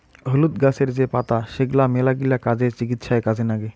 হলুদ গাছের যে পাতা সেগলা মেলাগিলা কাজে, চিকিৎসায় কাজে নাগে